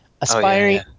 Aspiring